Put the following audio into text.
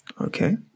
Okay